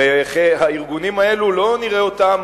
הרי הארגונים האלה, לא נראה אותם